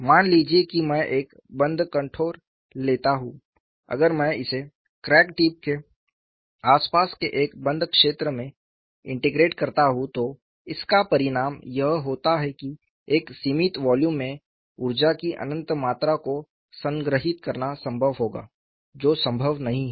मान लीजिए कि मैं एक बंद कंटोर लेता हूं अगर मैं इसे क्रैक टिप के आसपास के एक बंद क्षेत्र में इंटेग्रेट करता हूं तो इसका परिणाम यह होता है कि एक सीमित वॉल्यूम में ऊर्जा की अनंत मात्रा को संग्रहीत करना संभव होगा जो संभव नहीं है